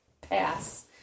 pass